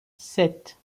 sept